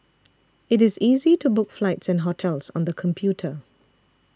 it is easy to book flights and hotels on the computer